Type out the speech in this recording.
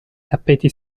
tappeti